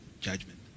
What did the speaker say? judgment